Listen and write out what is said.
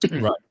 Right